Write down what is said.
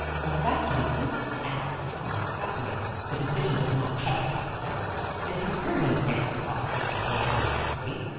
what's that, constance? asked tom hotly. the decision does not touch papa's salary and you heard him say that the costs were to be paid out of the estate.